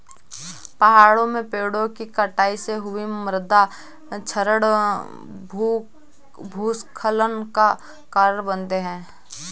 पहाड़ों में पेड़ों कि कटाई से हुए मृदा क्षरण भूस्खलन का कारण बनते हैं